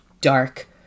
dark